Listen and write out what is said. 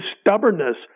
stubbornness